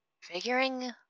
Figuring